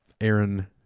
Aaron